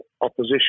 opposition